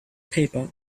paper